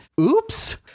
Oops